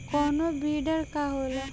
कोनो बिडर का होला?